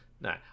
No